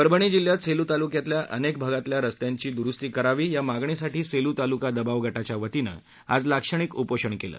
परभणी जिल्ह्यात सेलू तालुक्यातील अनेक भागातील रस्त्यांची दुरुस्ती करण्यात यावी या मागणीसाठी सेलू तालुका दबाव गटाच्यावतीने आज लाक्षणिक उपोषण करण्यात आले